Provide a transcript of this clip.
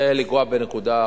אני רוצה לנגוע בנקודה,